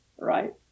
right